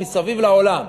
מסביב לעולם.